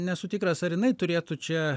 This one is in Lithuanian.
nesu tikras ar jinai turėtų čia